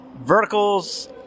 Verticals